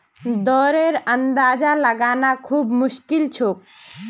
दरेर अंदाजा लगाना खूब मुश्किल छोक